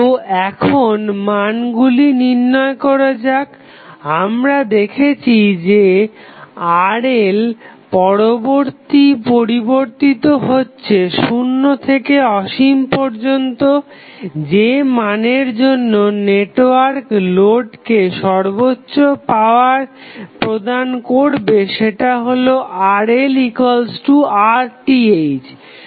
তো এখন মানগুলি নির্ণয় করা যাক আমরা দেখেছি যে RL পরিবর্তিত হচ্ছে শুন্য থেকে অসীম পর্যন্ত যে মানের জন্য নেটওয়ার্ক লোডকে সর্বোচ্চ পাওয়ার প্রদান করবে সেটা হলো RLRTh